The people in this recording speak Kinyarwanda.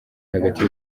hagati